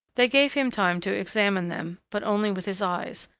they gave him time to examine them, but only with his eyes,